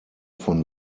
von